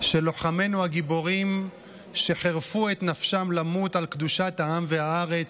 של לוחמינו הגיבורים שחירפו את נפשם למות על קדושת העם והארץ,